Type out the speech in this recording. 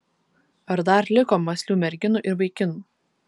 ar dar liko mąslių merginų ir vaikinų